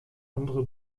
andere